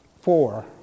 Four